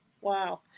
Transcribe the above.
Wow